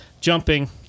jumping